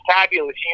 fabulous